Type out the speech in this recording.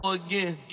again